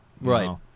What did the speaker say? Right